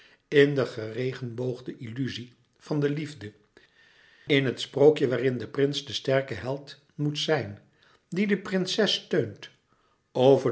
in de geregenboogde illuzie van de liefde in het sprookje waarin de prins de sterke held moet zijn die de prinses steunt over